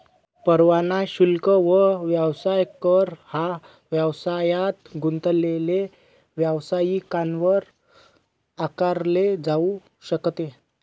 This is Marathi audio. परवाना शुल्क व व्यवसाय कर हा व्यवसायात गुंतलेले व्यावसायिकांवर आकारले जाऊ शकते